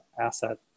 asset